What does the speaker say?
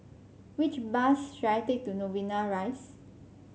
which bus should I take to Novena Rise